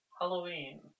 Halloween